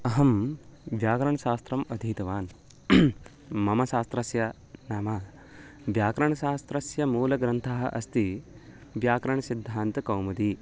अहं व्याकरणशास्त्रम् अधीतवान् मम शास्त्रस्य नाम व्याकरणशास्त्रस्य मूलग्रन्थः अस्ति व्याकरणसिद्धान्तकौमुदी